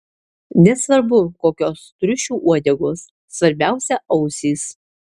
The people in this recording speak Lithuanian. nesvarbu kokios triušių uodegos svarbiausia ausys